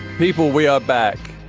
people. we are back.